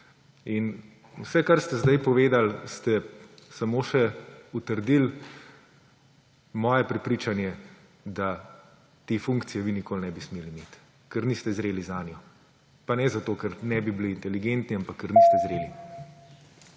Vse, kar ste zdaj povedali, ste samo še utrdili moje prepričanje, da te funkcije vi nikoli ne bi smeli imeti, ker niste zreli zanjo. Pa ne zato ker ne bi bili inteligentni, ampak ker niste zreli.